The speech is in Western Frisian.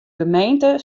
gemeente